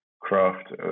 craft